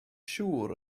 siŵr